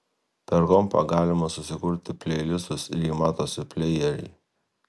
per kompą galima susikurti pleilistus ir jie matosi plejery